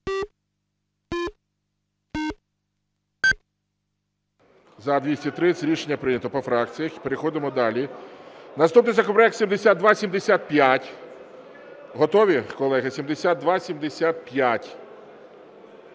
За-230 Рішення прийнято. По фракціях. Переходимо далі. Наступний законопроект 7275. Готові, колеги? 7275.